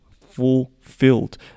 fulfilled